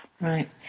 Right